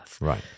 Right